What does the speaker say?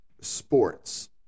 sports